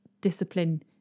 discipline